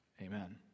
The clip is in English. Amen